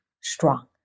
strong